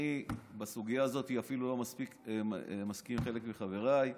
בסוגיה הזאת אפילו לא מסכים עם חלק מחבריי.